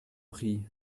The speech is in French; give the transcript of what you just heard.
prie